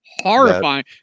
horrifying